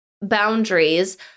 boundaries